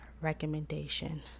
Recommendation